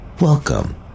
Welcome